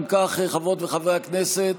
אם כך, חברות וחברי הכנסת,